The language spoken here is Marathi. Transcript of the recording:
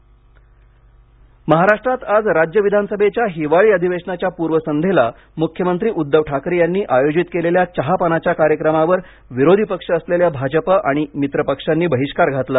महाराष्ट्र महाराष्ट्रात आज राज्य विधानसभेच्या हिवाळी अधिवेशनाच्या पूर्वसंध्येला मुख्यमंत्री उद्धव ठाकरे यांनी आयोजित केलेल्या चहापानाच्या कार्यक्रमावर विरोधी पक्ष असलेल्या भाजपा आणि मित्रपक्षांनी बहिष्कार घातला